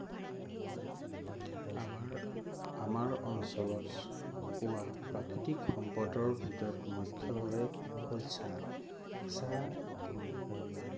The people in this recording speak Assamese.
আমাৰ আমাৰ অঞ্চলত পোৱা প্ৰাকৃতিক সম্পদৰ ভিতৰত মুখ্যভাৱে হ'ল চাহ চাহ